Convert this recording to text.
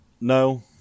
No